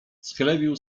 schlebił